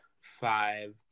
five